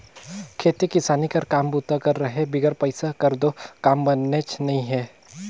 खेती किसानी कर काम बूता कर रहें बिगर पइसा कर दो काम बननेच नी हे